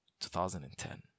2010